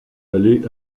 aller